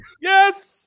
yes